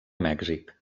mèxic